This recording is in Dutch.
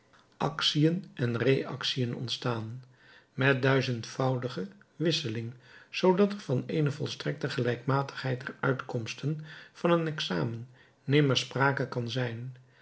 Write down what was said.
actien en réactien ontstaan met duizendvoudige wisseling zoodat er van eene volstrekte gelijkmatigheid der uitkomsten van een examen nimmer sprake kan zijn